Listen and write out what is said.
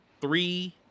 three